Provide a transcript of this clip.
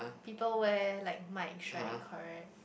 people wear like mics right correct